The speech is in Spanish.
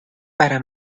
para